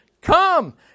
Come